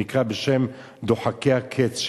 שנקרא בשם "דוחקי הקץ",